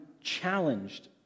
challenged